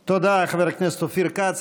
תודה, חבר הכנסת אופיר כץ.